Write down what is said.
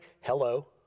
hello